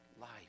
life